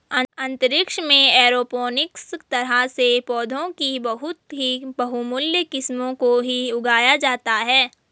अंतरिक्ष में एरोपोनिक्स तरह से पौधों की बहुत ही बहुमूल्य किस्मों को ही उगाया जाता है